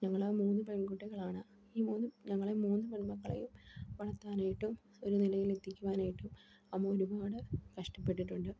ഞങ്ങളാ മൂന്ന് പെൺകുട്ടികളാണ് ഈ മൂന്ന് ഞങ്ങളെ മൂന്ന് പെൺ മക്കളും വളർത്താനായിട്ടും ഒരു നിലയിലെത്തിക്കുവാനായിട്ടും അമ്മ ഒരുപാട് കഷ്ടപ്പെട്ടിട്ടുണ്ട്